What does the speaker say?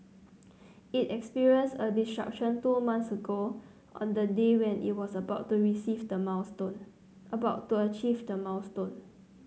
it experienced a disruption two months ago on the day when it was about to receive the milestone about to achieve the milestone